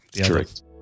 Correct